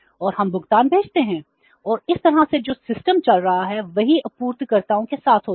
और हम भुगतान भेजते हैं और उस तरह से जो सिस्टम चल रहा है वही आपूर्तिकर्ताओं के साथ होता है